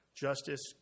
justice